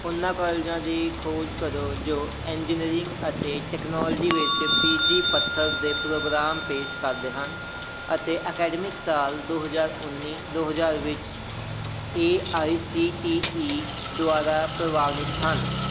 ਉਹਨਾਂ ਕੋਲਜਾਂ ਦੀ ਖੋਜ ਕਰੋ ਜੋ ਐਨਜੀਅਰਿੰਗ ਅਤੇ ਟਕਨਾਲੋਜੀ ਵਿੱਚ ਪੀ ਜੀ ਪੱਥਰ ਦੇ ਪ੍ਰੋਗਰਾਮ ਪੇਸ਼ ਕਰਦੇ ਹਨ ਅਤੇ ਅਕੈਡਮਿਕ ਸਾਲ ਦੋ ਹਜ਼ਾਰ ਉੱਨੀ ਦੋ ਹਜ਼ਾਰ ਵਿੱਚ A I C T E ਦੁਆਰਾ ਪ੍ਰਵਾਨਿਤ ਹਨ